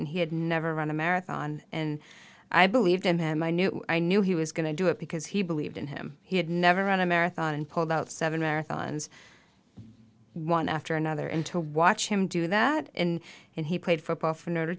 and he had never run a marathon and i believed him and i knew i knew he was going to do it because he believed in him he had never run a marathon and pulled out seven marathons one after another and to watch him do that and and he played football for notre